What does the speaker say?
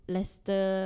Lester